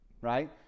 Right